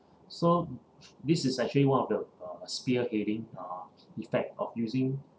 so this is actually one of the uh spearheading uh effect of using